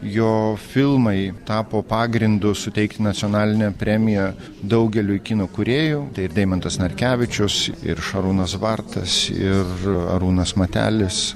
jo filmai tapo pagrindu suteikti nacionalinę premiją daugeliui kino kūrėjų tai ir deimantas narkevičius ir šarūnas bartas ir arūnas matelis